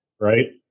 right